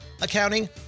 accounting